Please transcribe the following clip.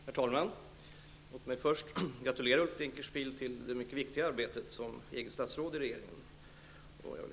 Herr talman! Låt mig först gratulera Ulf Dinkelspiel till det mycket viktiga arbetet som EG statsråd i regeringen.